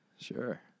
sure